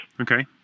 Okay